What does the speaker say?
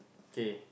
okay